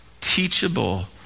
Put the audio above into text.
teachable